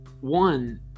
one